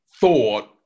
thought